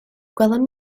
gwelem